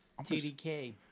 TDK